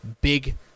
big